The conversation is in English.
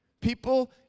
people